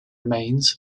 remains